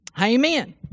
Amen